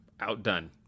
outdone